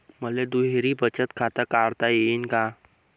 मले दुहेरी बचत खातं काढता येईन का?